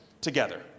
together